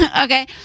Okay